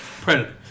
predator